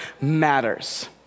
matters